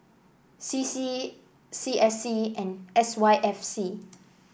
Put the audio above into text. C C C S C and S Y F C